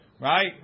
Right